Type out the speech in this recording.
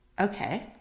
Okay